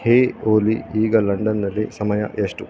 ಹೇ ಓಲಿ ಈಗ ಲಂಡನ್ನಲ್ಲಿ ಸಮಯ ಎಷ್ಟು